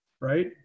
right